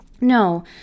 No